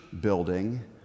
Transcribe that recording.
building